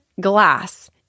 glass